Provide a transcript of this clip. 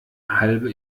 halbe